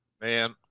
man